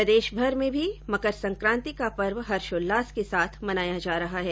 प्रदेशभर में भी मकर सकांति का पर्व हर्षोल्लास के साथ मनाया जा रहा है